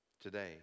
today